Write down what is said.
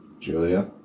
Julia